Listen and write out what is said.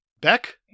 Beck